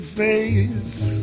face